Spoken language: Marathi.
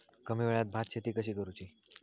कमी वेळात भात शेती कशी करुची?